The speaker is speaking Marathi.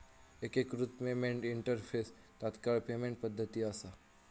एकिकृत पेमेंट इंटरफेस तात्काळ पेमेंट पद्धती असा